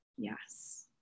Yes